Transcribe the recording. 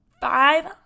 five